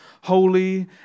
holy